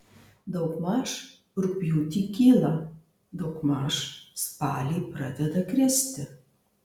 daugmaž rugpjūtį kyla daugmaž spalį pradeda kristi